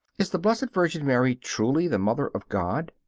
is the blessed virgin mary truly the mother of god?